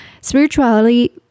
spirituality